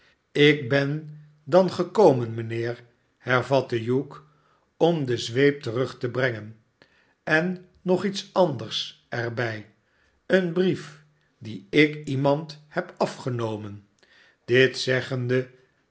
ik ben dan gekomen mijnheer hervatte hugh r om de zweep terug te brengen en nog iets anders er bij een brief dien ik iemand heb afgenomen dit zeggende